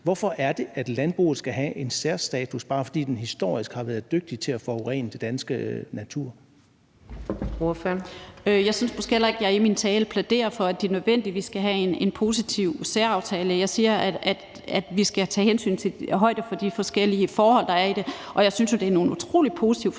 Hvorfor er det, at landbruget skal have en særstatus, bare fordi den historisk har været dygtig til at forurene den danske natur?